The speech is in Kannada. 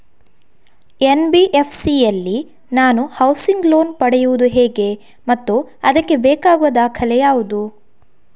ಎನ್.ಬಿ.ಎಫ್.ಸಿ ಯಲ್ಲಿ ನಾನು ಹೌಸಿಂಗ್ ಲೋನ್ ಪಡೆಯುದು ಹೇಗೆ ಮತ್ತು ಅದಕ್ಕೆ ಬೇಕಾಗುವ ದಾಖಲೆ ಯಾವುದು?